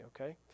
okay